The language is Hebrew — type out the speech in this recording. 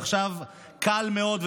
שעכשיו קל מאוד,